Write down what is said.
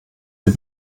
dem